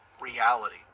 reality